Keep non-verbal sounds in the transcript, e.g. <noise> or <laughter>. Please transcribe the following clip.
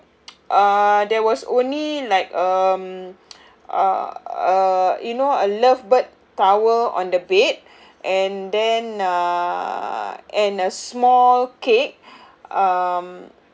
<noise> uh there was only like um <noise> uh uh you know a love bird towel on the bed and then uh and a small cake <breath> um